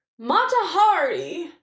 Matahari